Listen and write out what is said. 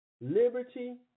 liberty